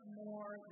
more